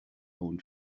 own